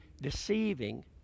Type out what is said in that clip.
deceiving